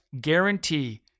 guarantee